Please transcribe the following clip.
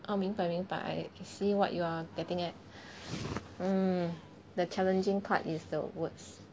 oh 明白明白 see what you are getting at mm the challenging part is the words